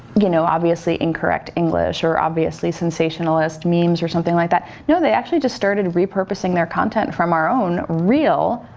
you know obviously incorrect english or obviously sensationalist memes or something like that. no, they actually just started repurposing their content form our own real,